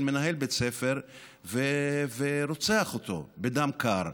של מנהל בית ספר ורוצח אותו בדם קר?